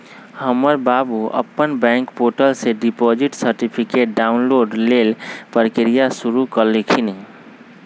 हमर बाबू अप्पन बैंक पोर्टल से डिपॉजिट सर्टिफिकेट डाउनलोड लेल प्रक्रिया शुरु कलखिन्ह